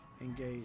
Engage